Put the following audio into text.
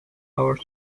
hours